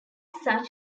such